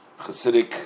Hasidic